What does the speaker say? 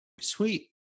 sweet